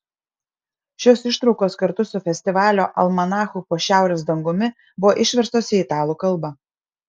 šios ištraukos kartu su festivalio almanachu po šiaurės dangumi buvo išverstos į italų kalbą